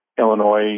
Illinois